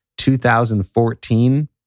2014